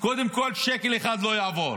קודם כול שקל אחד לא יעבור